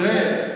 תראה,